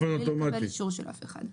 ובלי לקבל אישור של אף אחד.